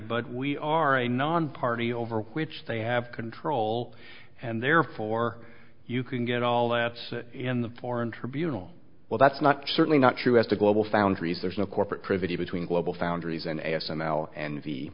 but we are a non party over which they have control and therefore you can get all that in the foreign tribunal well that's not certainly not true as to global foundries there's no corporate privity between globalfoundries and s m l and the